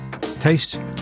Taste